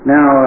Now